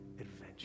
adventure